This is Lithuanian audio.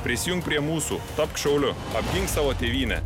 prisijunk prie mūsų tapk šauliu apgink savo tėvynę